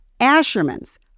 Asherman's